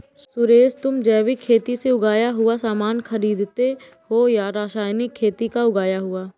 सुरेश, तुम जैविक खेती से उगाया हुआ सामान खरीदते हो या रासायनिक खेती का उगाया हुआ?